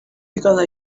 because